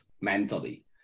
mentally